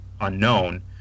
unknown